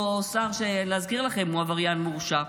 אותו שר, להזכיר לכם, הוא עבריין מורשע.